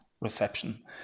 reception